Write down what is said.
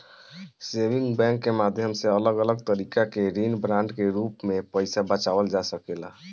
saving bank के माध्यम से अलग अलग तरीका के ऋण बांड के रूप में पईसा बचावल जा सकेला